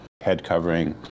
head-covering